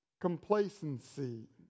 complacency